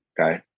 Okay